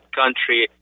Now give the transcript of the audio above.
country